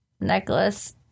necklace